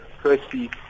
Firstly